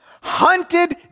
Hunted